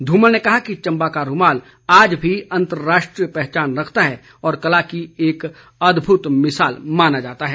ध्रमल ने कहा कि चंबा का रूमाल आज भी अंतर्राष्ट्रीय पहचान रखता है और कला की एक अदभूत मिसाल माना जाता है